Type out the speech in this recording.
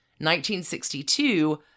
1962